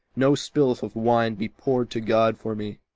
no spilth of wine be poured to god for me,